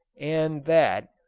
and that,